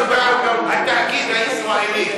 התאגיד הישראלי,